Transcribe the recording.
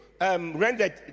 Rendered